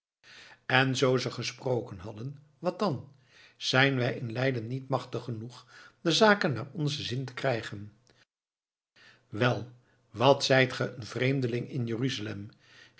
en zoo ze gesproken hadden wat dan zijn wij in leiden niet machtig genoeg de zaken naar onzen zin te krijgen wel wat zijt ge een vreemdeling in jeruzalem